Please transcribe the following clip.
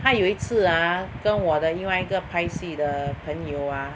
她有一次 ah 跟我的另外一个拍戏的朋友 ah